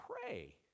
pray